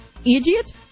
Idiot